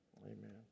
Amen